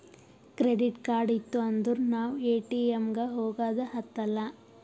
credit card ಇತ್ತು ಅಂದುರ್ ನಾವ್ ಎ.ಟಿ.ಎಮ್ ಗ ಹೋಗದ ಹತ್ತಲಾ